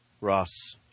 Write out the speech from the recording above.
Ross –